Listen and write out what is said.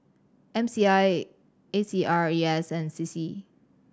M C I A C R E S and C C